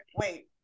Wait